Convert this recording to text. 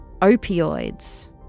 opioids